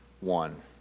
one